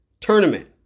tournament